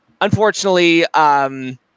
unfortunately